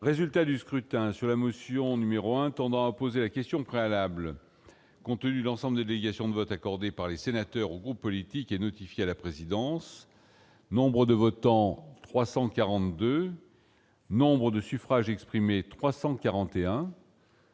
Résultat du scrutin sur la motion numéro 1 tendant à opposer la question préalable contenu l'ensemble de délégations de vote accordé par les sénateurs, politique et notifié à la présidence. Nombre de votants : 342 Nombre de suffrages exprimés 341.